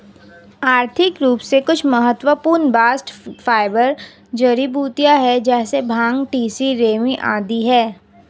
आर्थिक रूप से कुछ महत्वपूर्ण बास्ट फाइबर जड़ीबूटियां है जैसे भांग, तिसी, रेमी आदि है